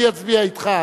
אני אצביע אתך,